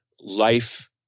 life